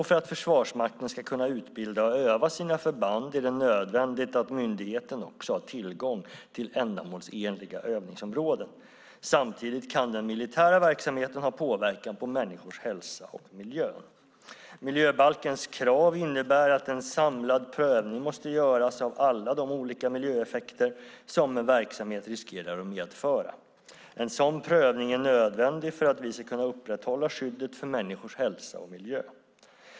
För att Försvarsmakten ska kunna utbilda och öva sina förband är det nödvändigt att myndigheten också har tillgång till ändamålsenliga övningsområden. Samtidigt kan den militära verksamheten ha påverkan på människors hälsa och på miljön. Miljöbalkens krav innebär att en samlad prövning måste göras av alla de olika miljöeffekter som en verksamhet riskerar att medföra. En sådan prövning är nödvändig för att vi ska kunna upprätthålla skyddet för människors hälsa och för miljön.